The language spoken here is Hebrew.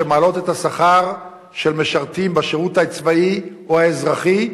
שמעלות את השכר של משרתים בשירות הצבאי או האזרחי,